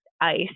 ICE